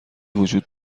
وجود